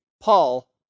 Paul